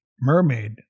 Mermaid